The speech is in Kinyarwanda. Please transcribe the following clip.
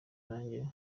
nanjye